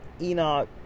Enoch